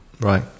Right